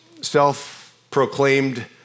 self-proclaimed